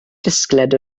disgled